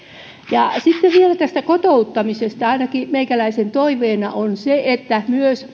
sitten vielä tästä kotouttamisesta ainakin meikäläisen toiveena on se että myös